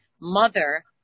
mother